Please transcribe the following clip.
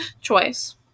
choice